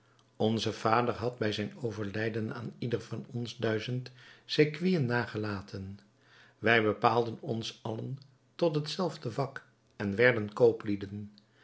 onze vader had bij zijn overlijden aan ieder van ons duizend sequinen nagelaten wij bepaalden ons allen tot hetzelfde vak en werden